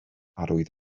arwydd